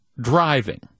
driving